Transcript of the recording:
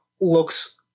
looks